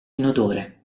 inodore